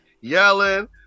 yelling